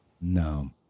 No